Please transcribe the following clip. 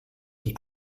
die